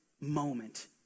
moment